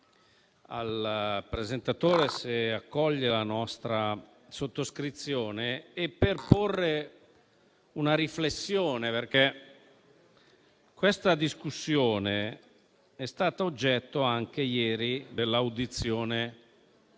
giorno G23.100, se accoglie la nostra sottoscrizione e per porre una riflessione, perché questa discussione è stata oggetto anche ieri dell'audizione